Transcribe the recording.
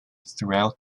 throughout